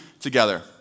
together